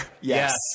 yes